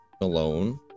alone